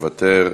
מוותר.